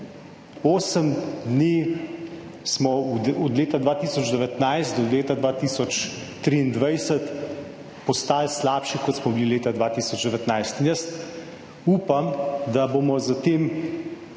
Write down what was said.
Osem dni smo od leta 2019 do leta 2023 postali slabši, kot smo bili leta 2019. Upam, da bomo s tem